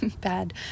bad